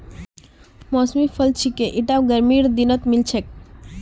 मौसमी फल छिके ईटा गर्मीर दिनत मिल छेक